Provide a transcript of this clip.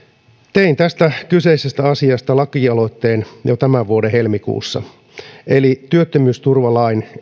tein tästä kyseisestä asiasta lakialoitteen jo tämän vuoden helmikuussa eli työttömyysturvalain